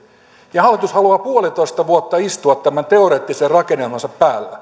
heti hallitus haluaa puolitoista vuotta istua tämän teoreettisen rakennelmansa päällä